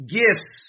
gifts